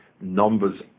numbers